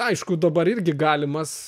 aišku dabar irgi galimas